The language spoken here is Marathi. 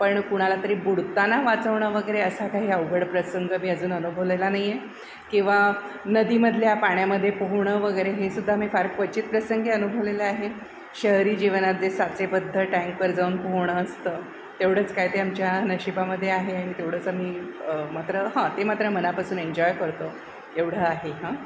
पण कुणाला तरी बुडताना वाचवणं वगैरे असा काही अवघड प्रसंग मी अजून अनुभवलेला नाही आहे किंवा नदीमधल्या पाण्यामध्ये पोहणं वगैरे हे सुद्धा मी फार क्वचित प्रसंगी अनुभवलेलं आहे शहरी जीवनात जे साचेबद्ध टँकवर जाऊन पोहणं असतं तेवढंच काय ते आमच्या नशिबामध्ये आहे आणि तेवढंच आम्ही मात्र हां ते मात्र मनापासून एन्जॉय करतो एवढं आहे हं